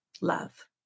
love